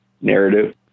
narrative